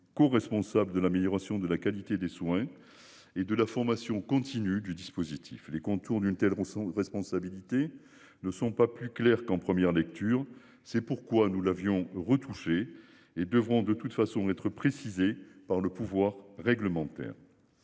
coresponsables de l'amélioration de la qualité des soins et de la formation continue du dispositif les contours d'une telle rançon responsabilité ne sont pas plus claires qu'en première lecture. C'est pourquoi nous l'avions retoucher et devront de toute façon être précisées par le pouvoir réglementaire.